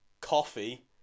Coffee